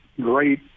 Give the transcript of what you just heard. great